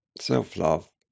self-love